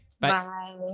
bye